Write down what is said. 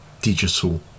digital